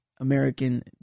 American